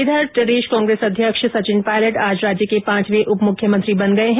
इधर प्रदेश कांग्रेस अध्यक्ष सचिन पायलट आज राज्य के पांचवे उप मुख्यमंत्री बन गये है